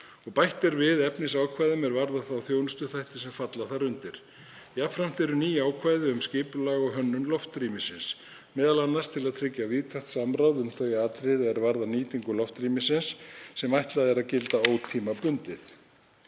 Bætt er við efnisákvæðum er varða þá þjónustuþætti sem falla þar undir. Jafnframt eru ný ákvæði um skipulag og hönnun loftrýmisins, m.a. til að tryggja víðtækt samráð um þau atriði er varða nýtingu loftrýmisins sem ætlað er að gilda ótímabundið.